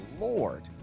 Lord